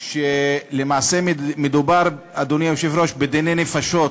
כי למעשה מדובר, אדוני היושב-ראש, בדיני נפשות,